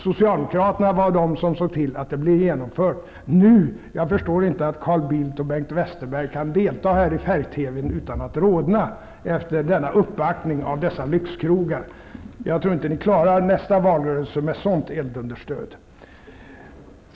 Socialdemokraterna såg till att det blev genomfört. Jag förstår inte att Carl Bildt och Bengt Westerberg nu kan vara med i en färg-TV-sändning utan att rodna efter denna uppbackning av dessa lyxkrogar. Jag tror inte att ni klarar nästa valrörelse med sådant eldunderstöd.